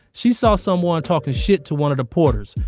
she saw someone talkin' shit to one of the porters,